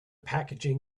packaging